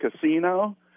Casino